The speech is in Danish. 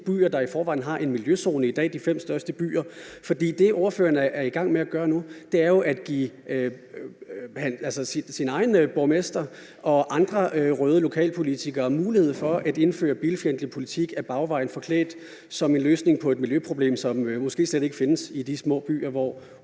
de byer, der i forvejen har en miljøzone i dag, altså de fem største byer? For det, ordføreren er i gang med at gøre nu, er jo at give sin egen borgmester og andre røde lokalpolitikere mulighed for at indføre bilfjendtlig politik ad bagvejen forklædt som en løsning på et miljøproblem, som måske slet ikke findes i små byer,